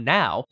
now